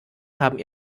haben